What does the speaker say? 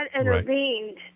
intervened